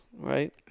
right